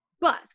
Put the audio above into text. bus